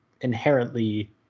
inherently